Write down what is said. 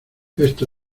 esto